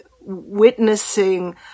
witnessing